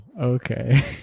Okay